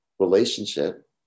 relationship